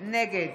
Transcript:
נגד